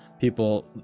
People